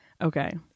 Okay